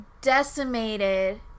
decimated